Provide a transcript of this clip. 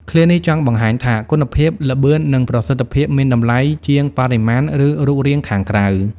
ឃ្លានេះចង់បង្ហាញថា គុណភាព ល្បឿន និងប្រសិទ្ធភាពមានតម្លៃជាងបរិមាណ ឬរូបរាងខាងក្រៅ។